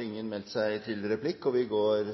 Ingen har bedt om replikk.